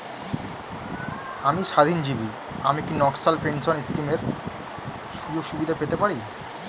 আমি স্বাধীনজীবী আমি কি ন্যাশনাল পেনশন স্কিমের সুযোগ সুবিধা পেতে পারি?